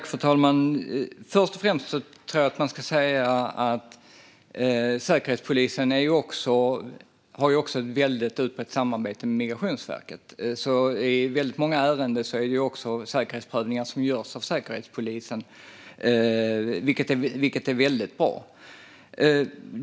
Fru talman! Först och främst ska man se att Säkerhetspolisen har ett utmärkt samarbete med Migrationsverket. I väldigt många ärenden görs det också säkerhetsprövningar av Säkerhetspolisen, vilket är väldigt bra.